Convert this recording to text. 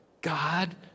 God